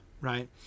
right